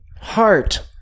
Heart